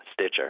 Stitcher